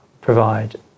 provide